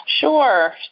Sure